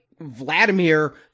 Vladimir